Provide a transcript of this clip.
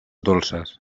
dolces